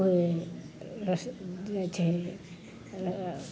जे अथी